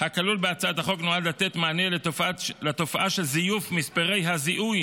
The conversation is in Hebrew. הכלול בהצעת החוק נועד לתת מענה לתופעה של זיוף מספרי הזיהוי